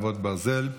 חרבות ברזל)